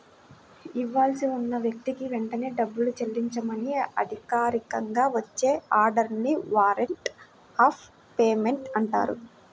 ఇవ్వాల్సి ఉన్న వ్యక్తికి వెంటనే డబ్బుని చెల్లించమని అధికారికంగా వచ్చే ఆర్డర్ ని వారెంట్ ఆఫ్ పేమెంట్ అంటారు